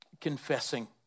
confessing